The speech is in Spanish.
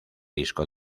disco